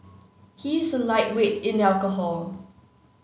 he is a lightweight in alcohol